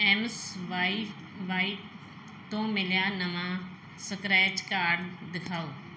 mSwipe wipe ਤੋਂ ਮਿਲਿਆ ਨਵਾਂ ਸਕ੍ਰੈਚ ਕਾਰਡ ਦਿਖਾਓ